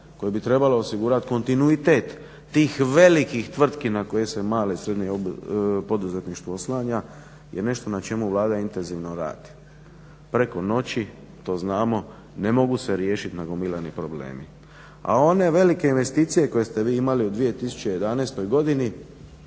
koji bi trebalo osigurati kontinuitet tih velikih tvrtki na koje se malo i srednje poduzetništvo oslanja je nešto na čemu Vlada intenzivno radi. Preko noći, to znamo, ne mogu se riješiti nagomilani problemi. A one velike investicije koje ste vi imali u 2011. godini